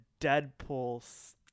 Deadpool